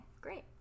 great